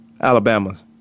Alabama's